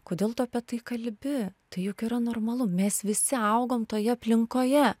kodėl tu apie tai kalbi tai juk yra normalu mes visi augom toje aplinkoje